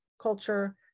culture